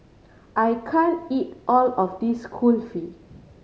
I can't eat all of this Kulfi